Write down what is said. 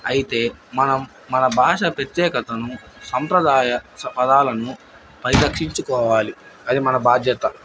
అయితే మనం మన భాష ప్రత్యేకతను సంప్రదాయ పదాలను పరిరక్షించుకోవాలి అది మన బాధ్యత